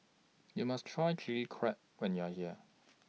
YOU must Try Chilli Crab when YOU Are here